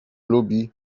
lubi